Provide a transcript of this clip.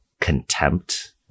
contempt